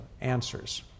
answers